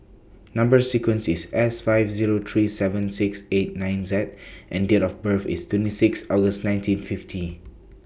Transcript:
Number sequence IS S five Zero three seven six eight nine Z and Date of birth IS twenty six August nineteen fifty